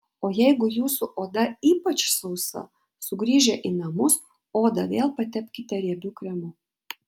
o jeigu jūsų oda ypač sausa sugrįžę į namus odą vėl patepkite riebiu kremu